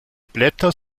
blätter